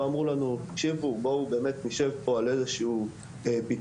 לא אמרו לנו 'תקשיבו בואו באמת נשב פה על איזשהו פתרון,